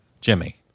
Jimmy